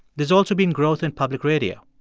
there's also been growth in public radio.